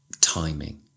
timing